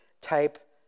type